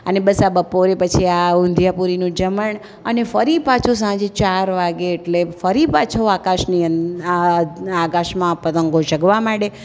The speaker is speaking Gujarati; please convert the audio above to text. અને બસ આ બપોરે પછી આ ઊંધિયા પુરીનું જમણ અને ફરી પાછું સાંજે ચાર વાગે એટલે ફરી પાછો આકાશની આ આકાશમાં પતંગો ચગવા માંડે